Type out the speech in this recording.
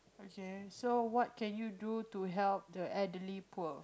okay so what can you do to help the elderly poor